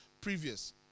previous